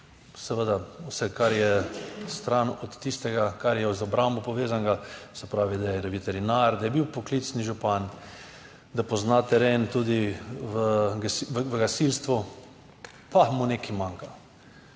seveda vse, kar je stran od tistega, kar je z obrambo povezanega, se pravi, da je veterinar, da je bil poklicni župan, da pozna teren, tudi v gasilstvu, pa mu nekaj manjka.